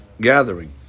Gathering